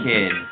Kid